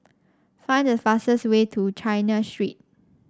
find the fastest way to China Street